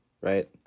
right